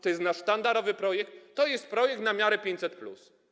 To jest nasz sztandarowy projekt, to jest projekt na miarę 500+.